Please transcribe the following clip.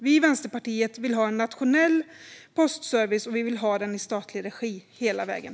Vi i Vänsterpartiet vill ha en nationell postservice, och vi vill ha den i statlig regi - hela vägen.